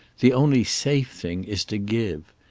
the only safe thing is to give.